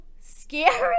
scary